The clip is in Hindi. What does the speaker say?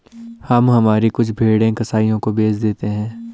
हम हमारी कुछ भेड़ें कसाइयों को बेच देते हैं